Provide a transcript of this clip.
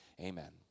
amen